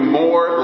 more